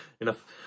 enough